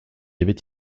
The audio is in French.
avait